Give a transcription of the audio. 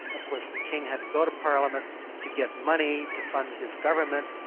of course, the king had to go to parliament to get money to fund his government.